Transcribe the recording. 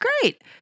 great